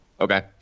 Okay